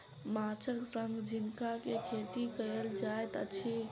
माँछक संग झींगा के खेती कयल जाइत अछि